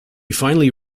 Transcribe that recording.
finally